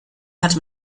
hat